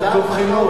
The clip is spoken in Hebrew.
כתוב חינוך.